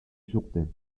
jourdain